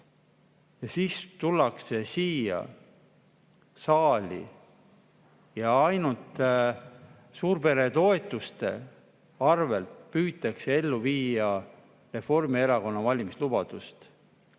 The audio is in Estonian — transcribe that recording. Ja siis tullakse siia saali ja ainult suurperetoetuste arvel püütakse ellu viia Reformierakonna valimislubadust.